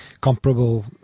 comparable